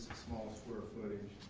small square footage.